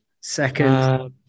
Second